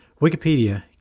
Wikipedia